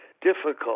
difficult